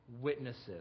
witnesses